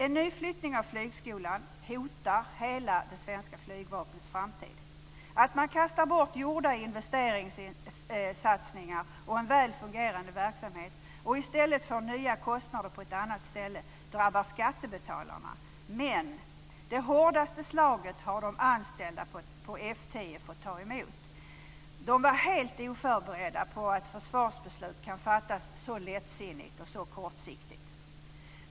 En ny flyttning av flygskolan hotar hela det svenska flygvapnets framtid. Att man kastar bort gjorda investeringssatsningar och en väl fungerande verksamhet och i stället får nya kostnader på ett annat ställe drabbar skattebetalarna, men det hårdaste slaget har de anställda på F 10 fått ta emot. De var helt oförberedda på att försvarsbeslut kan fattas så lättsinnigt och så kortsiktigt.